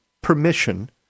permission